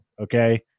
Okay